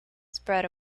spread